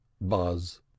Buzz